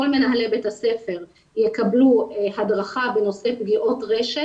כל מנהלי בתי הספר יקבלו הדרכה בנושא פגיעות רשת